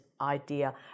idea